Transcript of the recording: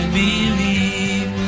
believe